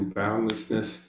boundlessness